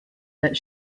that